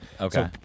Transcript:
Okay